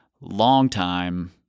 longtime